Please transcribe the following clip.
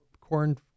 corn